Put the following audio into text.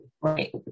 right